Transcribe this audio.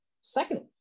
Secondly